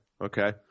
okay